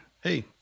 Hey